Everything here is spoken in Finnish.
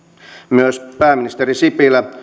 myös pääministeri sipilä